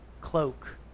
cloak